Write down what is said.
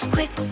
Quick